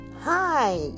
Hi